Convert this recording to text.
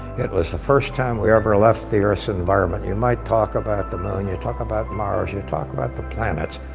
it was the first time we ever left the earth's environment. you might talk about the moon, you talk about mars, you talking about the planets.